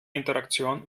interaktion